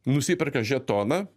nusiperka žetoną